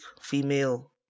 female